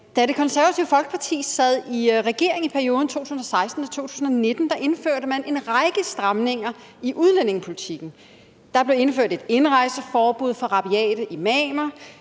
Da Det Konservative Folkeparti sad i regering i perioden 2016-2019, indførte man en række stramninger i udlændingepolitikken. Der blev indført et indrejseforbud for rabiate imamer,